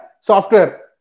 software